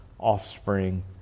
offspring